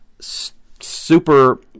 super